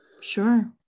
sure